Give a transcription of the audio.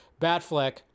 Batfleck